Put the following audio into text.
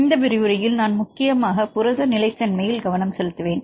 இந்த விரிவுரையில் நான் முக்கியமாக புரத நிலைத்தன்மையில் கவனம் செலுத்துவேன்